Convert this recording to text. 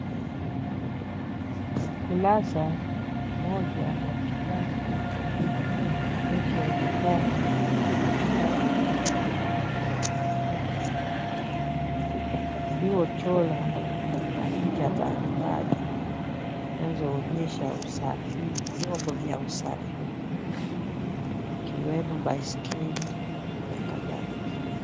Ukurasa mmoja wa kitabu kinachoonekana kama kitabu cha mwanafunzi uliochorwa na picha mbalimbali zinazoonyesha vyombo vya usafiri ikiwemo baiskeli na kadhalika.